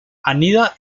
anida